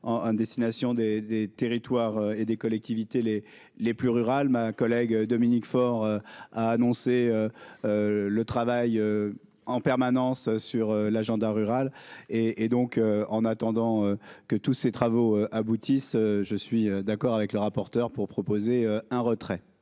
en destination des des territoires et des collectivités, les les plus rurales, ma collègue Dominique Faure a annoncé. Le travail en permanence sur l'agenda rural et et donc, en attendant que tous ces travaux aboutissent, je suis d'accord avec le rapporteur pour proposer un retrait.